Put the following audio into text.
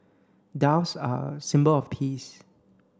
doves are a symbol of peace